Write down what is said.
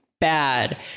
bad